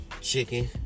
chicken